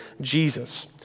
Jesus